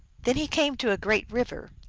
then he came to a great river,